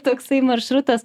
toksai maršrutas